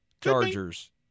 Chargers